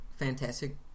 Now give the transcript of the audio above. Fantastic